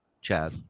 Chad